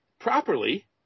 properly